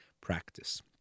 practice